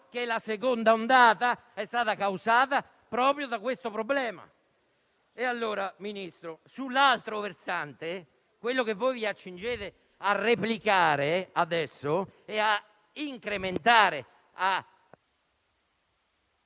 che la seconda ondata è stata causata proprio da tale problema. E allora, Ministro, sull'altro versante, quello che voi vi accingete ora a replicare, incrementare e